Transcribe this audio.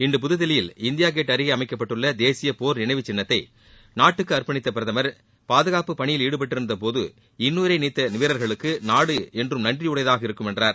இன்று புதுதில்லியில் India Gate அருகே அமைக்கப்பட்டுள்ள தேசிய போர் நினைவுச் சின்னத்தை நாட்டுக்கு அர்ப்பணித்த பிரதமர் பாதுகாப்பு பணியில் ஈடுபட்டிருந்த போது இன்னுயிரை நீத்த வீரர்களுக்கு நாடு என்றும் நன்றி உடையதாக இருக்கும் என்றார்